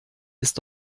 ist